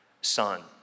son